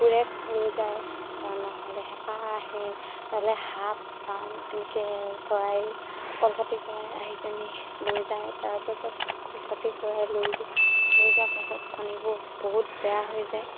কুকুৰে লৈ যায় তাৰ নহ'লে হেঁপা আহে নহ'লে সাপ বা এনেকে চৰাই কলখাতি চৰাই আহি পিনি লৈ যায় তাৰপাছত কলখাতি চৰায়ে লৈ যোৱা লৈ যোৱাৰ পাছত কণীবোৰ বহুত বেয়া হৈ যায়